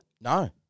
No